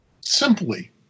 simply